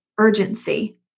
Urgency